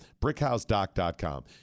BrickHouseDoc.com